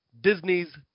Disney's